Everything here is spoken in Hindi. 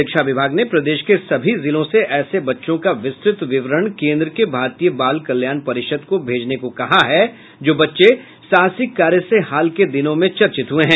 शिक्षा विभाग ने प्रदेश के सभी जिलों से ऐसे बच्चों का विस्तृत विवरण केंद्र के भारतीय बाल कल्याण परिषद को भेजने को कहा है जो बच्चे साहसिक कार्य से हाल के दिनों में चर्चित हुये हैं